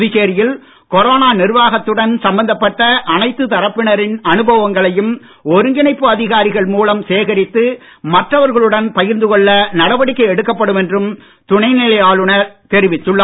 புதுச்சேரியில் கொரோனா நிர்வாகத்துடன் சம்பந்தப்பட்ட அனைத்து தரப்பினரின் அனுபவங்களையும் ஒருங்கிணைப்பு அதிகாரிகள் மூலம் சேகரித்து மற்றவர்களுடன் பகிர்ந்து கொள்ள நடவடிக்கை எடுக்கப்படும் என்றும் துணைநிலை ஆளுநர் தெரிவித்துள்ளார்